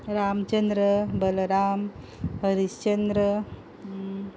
Ramchandra Balram Harishchandra